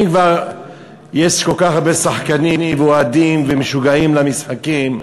אם כבר יש כל כך הרבה שחקנים ואוהדים ומשוגעים למשחקים,